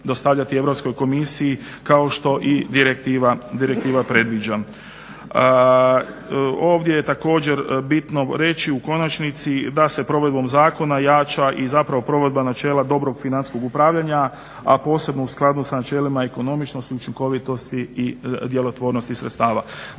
Europskoj komisiji kao što i direktiva predviđa. Ovdje je također bitno reći u konačnici da se provedbom zakona jača i zapravo provedba načela dobrog financijskog upravljanja, a posebno u skladu s načelima ekonomičnosti, učinkovitosti i djelotvornosti sredstava.